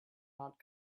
not